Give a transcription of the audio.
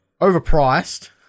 Overpriced